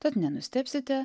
tad nenustebsite